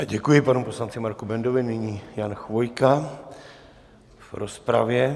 Děkuji panu poslanci Marku Bendovi, nyní Jan Chvojka v rozpravě.